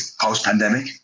post-pandemic